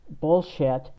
bullshit